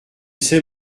sais